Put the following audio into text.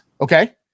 Okay